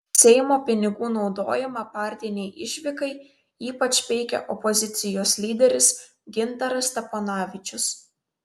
seimo pinigų naudojimą partinei išvykai ypač peikė opozicijos lyderis gintaras steponavičius